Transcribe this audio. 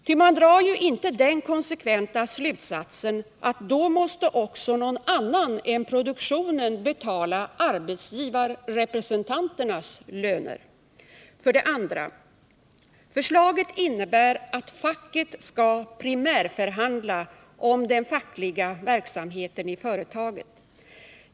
Ty man drar ju inte den konsekventa slutsatsen att då måste också någon annan än produktionen betala arbetsgivarrepresentanternas löner! 2. Förslaget innebär att facket skall primärförhandla om den fackliga verksamheten i företaget.